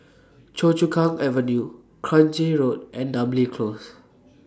Choa Chu Kang Avenue Grange Road and Namly Close